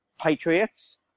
patriots